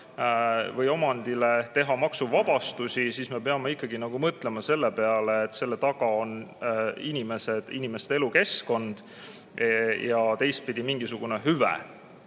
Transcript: või omandile teha maksuvabastust, siis me peame ikkagi mõtlema selle peale, et selle taga on inimesed, inimeste elukeskkond ja teistpidi mingisugune hüve.